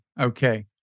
Okay